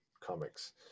comics